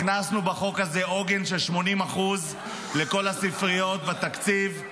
הכנסנו בחוק הזה עוגן של 80% לכל הספריות בתקציב,